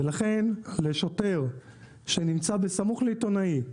ולכן לשוטר שנמצא בסמוך לעיתונאי,